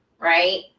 right